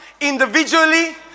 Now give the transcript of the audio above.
individually